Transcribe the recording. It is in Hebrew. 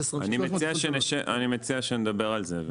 אני מציע שנשב, אני מציע שנדבר על זה.